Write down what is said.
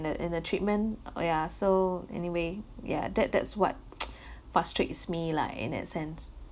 the and the treatment or ya so anyway ya that that's what frustrates me lah in that sense